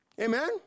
Amen